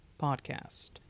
podcast